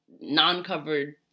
non-covered